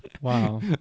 Wow